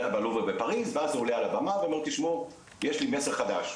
זה היה בלובר בפריז ואז הוא עולה על הבמה ואומר 'תשמעו יש לי מסר חדש,